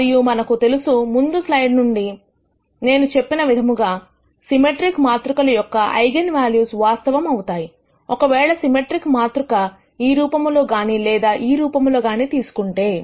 మరియు మనకు తెలుసు ముందు సైడ్ నుండి నేను చెప్పిన విధముగా సిమెట్రిక్ మాతృకల యొక్క ఐగన్ వాల్యూస్ వాస్తవం అవుతాయిఒకవేళ సిమెట్రిక్ మాతృక ఈ రూపంలో గానీ లేదా ఈ రూపంలో గాని తీసుకుంటే